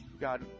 God